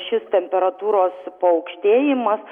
šis temperatūros paaukštėjimas